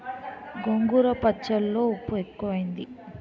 గోంగూర పచ్చళ్ళో ఉప్పు ఎక్కువైంది